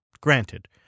granted